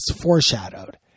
foreshadowed